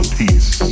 peace